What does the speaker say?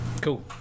Cool